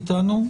איתנו,